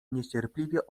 niecierpliwie